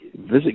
Visit